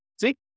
See